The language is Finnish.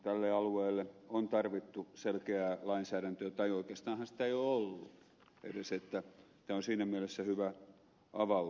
tälle alueelle on tarvittu selkeää lainsäädäntöä tai oikeastaanhan sitä ei ole ollut edes että tämä on siinä mielessä hyvä avaus